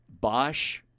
Bosch